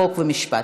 חוק ומשפט.